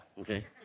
Okay